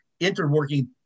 interworking